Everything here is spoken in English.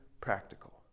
practical